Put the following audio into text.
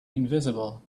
invisible